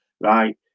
right